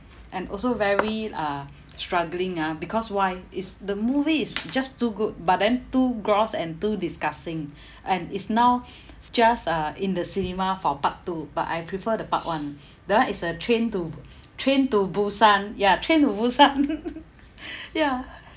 and also very uh struggling ah because why it's the movie is just too good but then too gross and too disgusting and it's now just uh in the cinema for part two but I prefer the part one that [one] is a train to train to busan ya train to busan ya